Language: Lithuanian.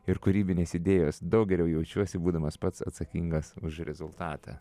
ir kūrybinės idėjos daug geriau jaučiuosi būdamas pats atsakingas už rezultatą